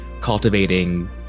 cultivating